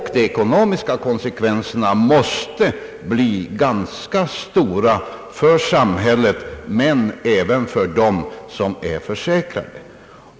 Dessa måste bli ganska stora för samhället, men även för de försäkrade.